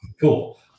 cool